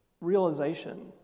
realization